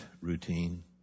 routine